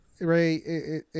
Ray